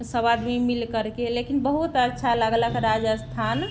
सभआदमी मिल करके लेकिन बहुत अच्छा लगलक राजस्थान